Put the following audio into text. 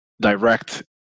direct